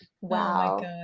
Wow